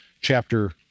chapter